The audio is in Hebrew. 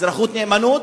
אזרחות נאמנות,